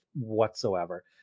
whatsoever